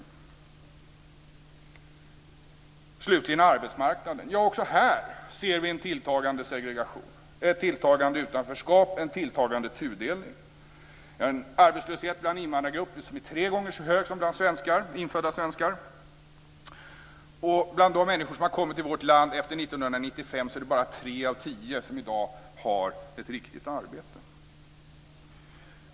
Vad slutligen gäller arbetsmarknaden ser vi också där en tilltagande segregation, ett tilltagande utanförskap och en tilltagande tudelning. Arbetslösheten bland invandrargrupper är tre gånger så hög som bland infödda svenskar. Bland de människor som har kommit till vårt land efter 1995 är det bara 3 av 10 som i dag har ett riktigt arbete.